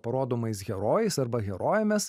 parodomais herojais arba herojėmis